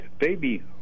baby